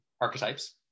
archetypes